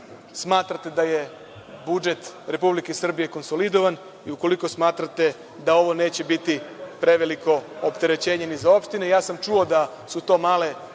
smatrate da je budžet Republike Srbije konsolidovan i ukoliko smatrate da ovo neće biti preveliko opterećenje ni za opštine. Ja sam čuo da su to male